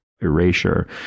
erasure